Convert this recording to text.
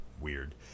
weird